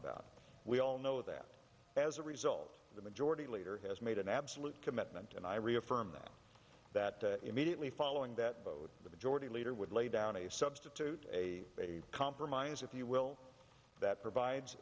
about we all know that as a result the majority leader has made an absolute commitment and i reaffirm that that immediately following that vote the majority leader would lay down a substitute a compromise if you will that provides